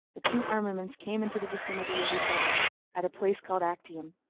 the two armaments came into the vicinity of each other at a place called actium,